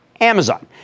Amazon